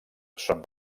són